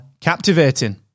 captivating